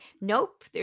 nope